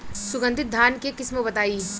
सुगंधित धान के किस्म बताई?